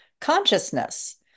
consciousness